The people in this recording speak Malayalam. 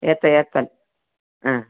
ഏത്തൻ ഏത്തൻ ആ